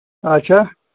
اچھا